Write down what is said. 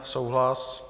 Souhlas.